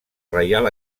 reial